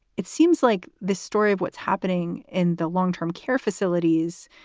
it seems like the story of what's happening in the long term care facilities.